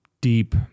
deep